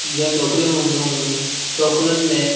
जीअं छोकिरियूं हूंदियूं हुयूं छोकिरिनि में